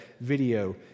video